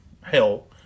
hell